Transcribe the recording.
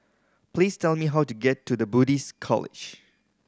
please tell me how to get to The Buddhist College